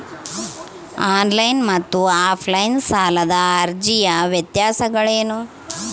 On line ಮತ್ತು offline ಸಾಲದ ಅರ್ಜಿಯ ವ್ಯತ್ಯಾಸಗಳೇನು?